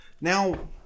now